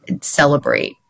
celebrate